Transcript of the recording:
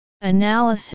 Analysis